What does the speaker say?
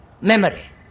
Memory